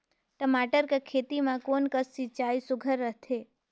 टमाटर कर खेती म कोन कस सिंचाई सुघ्घर रथे?